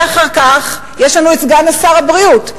ואחר כך יש לנו את סגן שר הבריאות,